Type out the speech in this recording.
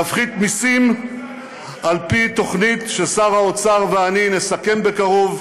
נפחית מיסים על פי תוכנית ששר האוצר ואני נסכם בקרוב,